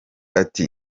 ati